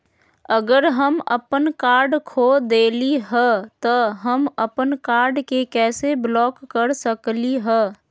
अगर हम अपन कार्ड खो देली ह त हम अपन कार्ड के कैसे ब्लॉक कर सकली ह?